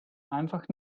einfach